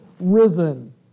risen